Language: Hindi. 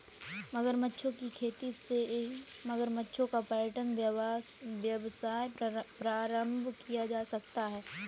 मगरमच्छों की खेती से मगरमच्छों का पर्यटन व्यवसाय प्रारंभ किया जा सकता है